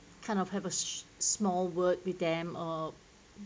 kind of have a small word with them or